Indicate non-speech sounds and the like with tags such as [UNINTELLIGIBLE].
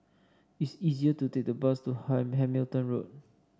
it's easier to take the bus to [UNINTELLIGIBLE] Hamilton Road